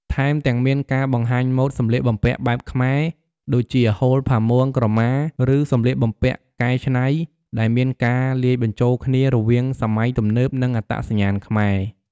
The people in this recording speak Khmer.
ថែមទាំងមាន ការបង្ហាញម៉ូដសម្លៀកបំពាក់បែបខ្មែរដូចជា ហូល ផាមួង ក្រមា ឬសំលៀកបំពាក់កែច្នៃដែលមានការលាយបញ្ចូលគ្នារវាងសម័យទំនើប និងអត្តសញ្ញាណខ្មែរ។